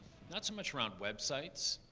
not so much around websites,